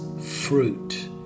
fruit